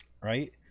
Right